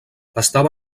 estava